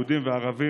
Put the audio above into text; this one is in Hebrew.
יהודים וערבים,